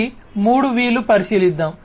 ఈ 3 V లు పరిశీలిద్దాం